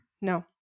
No